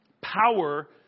power